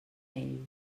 ell